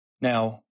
Now